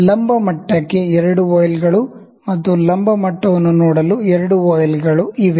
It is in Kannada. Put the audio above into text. ವರ್ಟಿಕಲ್ ಲೆವೆಲ್ ಗೆ 2 ವಾಯ್ಲ್ಗಳು ಮತ್ತು ವರ್ಟಿಕಲ್ ಲೆವೆಲ್ ಅನ್ನು ನೋಡಲು 2 ವಾಯ್ಲ್ಗಳು ಇವೆ